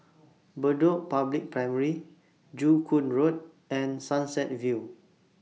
Bedok Public Library Joo Koon Road and Sunset View